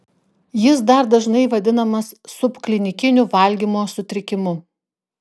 jis dar dažnai vadinamas subklinikiniu valgymo sutrikimu